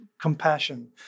compassion